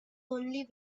only